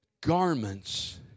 Garments